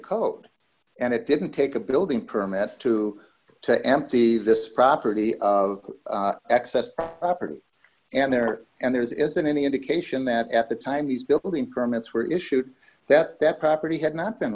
code and it didn't take a building permit to to empty this property of excess property and there and there isn't any indication that at the time these building permits were issued that that property had not been